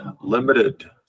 limited